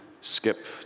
skip